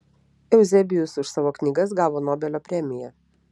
euzebijus už savo knygas gavo nobelio premiją